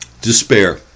despair